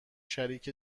شریک